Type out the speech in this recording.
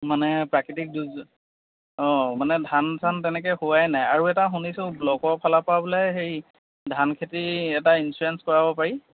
মানে প্ৰাকৃতিক দুৰ্যোগ অঁ মানে ধান চান তেনেকৈ হোৱাই নাই আৰু এটা শুনিছোঁ ব্লকৰ ফালৰপৰা বোলে হেৰি ধানখেতি এটা ইঞ্চুৰেঞ্চ কৰাব পাৰি